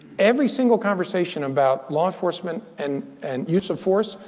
every single conversation about law enforcement and and use of force,